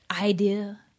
idea